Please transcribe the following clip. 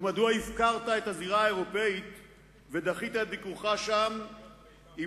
ומדוע הפקרת את הזירה האירופית ודחית את ביקורך שם אם